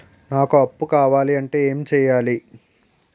నాకు అప్పు కావాలి అంటే ఎం చేయాలి?